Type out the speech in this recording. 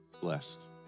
Blessed